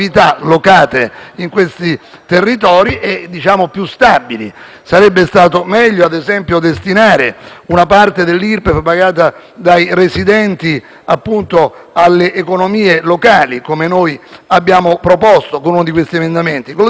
territori e più stabili. Sarebbe stato meglio, ad esempio, destinare una parte dell'Irpef pagata dai residenti alle economie locali, come noi abbiamo proposto con uno di questi emendamenti. Dico, perché resti agli atti dell'Assemblea,